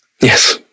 Yes